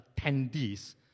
attendees